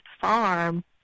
farm